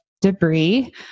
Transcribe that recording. debris